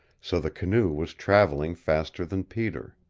so the canoe was traveling faster than peter.